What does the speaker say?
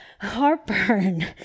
heartburn